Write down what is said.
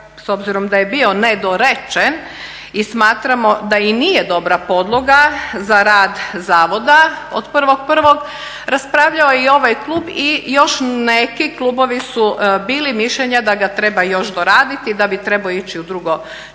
s obzirom da je bio nedorečen i smatramo da i nije dobra podloga za rad zavoda od 1.1. raspravljao je i ovaj klub i još neki klubovi su bili mišljenja da ga treba još doraditi i da bi trebao ići u drugo čitanje